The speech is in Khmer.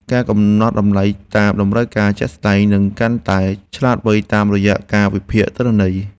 ការកំណត់តម្លៃតាមតម្រូវការជាក់ស្ដែង នឹងកាន់តែឆ្លាតវៃតាមរយៈការវិភាគទិន្នន័យ។